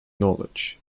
knowledge